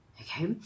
Okay